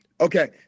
Okay